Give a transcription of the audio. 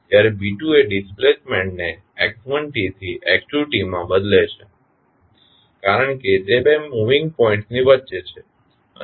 જ્યારે એ ડિસ્પ્લેસમેન્ટને થી માં બદલે છે કારણ કે તે બે મુવીંગ પોઇન્ટ્સ ની વચ્ચે છે